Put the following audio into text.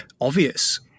obvious